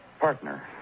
Partner